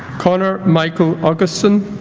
connor michael augustson